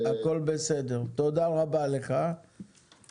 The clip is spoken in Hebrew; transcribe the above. אז אני ברשותך אדוני אקריא אותן ביחד.